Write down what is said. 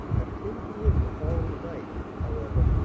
at ten p m. the following night, however,